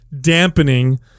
dampening